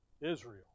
Israel